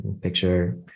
Picture